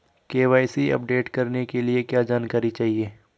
KYC update करने के लिए क्या जानकारी चाहिए?